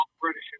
British